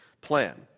plan